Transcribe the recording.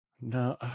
No